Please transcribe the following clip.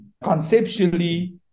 conceptually